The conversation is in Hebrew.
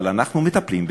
אבל אנחנו מטפלים בזה.